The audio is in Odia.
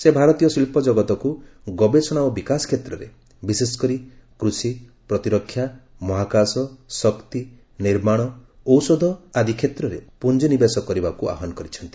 ସେ ଭାରତୀୟ ଶିଳ୍ପ ଜଗତକୁ ଗବେଷଣା ଓ ବିକାଶ କ୍ଷେତ୍ରରେ ବିଶେଷକରି କୃଷି ପ୍ରତିରକ୍ଷା ମହାକାଶ ଶକ୍ତି ନିର୍ମାଣ ଔଷଧ ଆଦି ପରିବହନ କ୍ଷେତ୍ରରେ ପୁଞ୍ଜିନିବେଶ କରିବାକୁ ଆହ୍ୱାନ କରିଛନ୍ତି